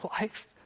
life